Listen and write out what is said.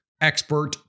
Expert